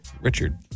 Richard